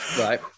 right